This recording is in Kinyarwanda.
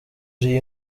iyi